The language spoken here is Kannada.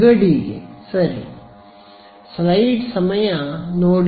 ಗಡಿ